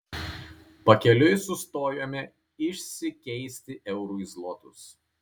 pakeliui sustojome išsikeisti eurų į zlotus